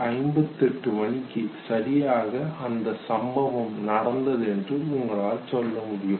58 மணிக்கு சரியாக அந்த சம்பவம் நடந்தது என்று உங்களால் சொல்ல முடியும்